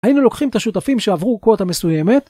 ‫היינו לוקחים את השותפים ‫שעברו קוואטה מסוימת...